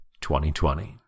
2020